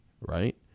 Right